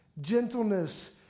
gentleness